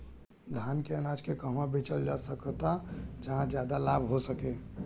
धान के अनाज के कहवा बेचल जा सकता जहाँ ज्यादा लाभ हो सके?